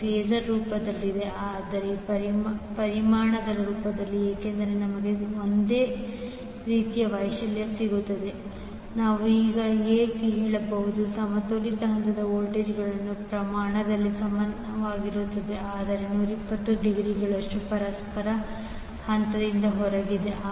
ಇದು ಫಾಸರ್ ರೂಪದಲ್ಲಿದೆ ಆದರೆ ಪರಿಮಾಣದ ರೂಪದಲ್ಲಿ ಏಕೆಂದರೆ ನಮಗೆ ಒಂದೇ ರೀತಿಯ ವೈಶಾಲ್ಯ ಸಿಗುತ್ತದೆ VanVbnVcn ನಾವು ಈಗ ಹೇಳಬಹುದು ಸಮತೋಲಿತ ಹಂತದ ವೋಲ್ಟೇಜ್ಗಳು ಪ್ರಮಾಣದಲ್ಲಿ ಸಮಾನವಾಗಿರುತ್ತದೆ ಆದರೆ 120 ಡಿಗ್ರಿಗಳಷ್ಟು ಪರಸ್ಪರ ಹಂತದಿಂದ ಹೊರಗಿದೆ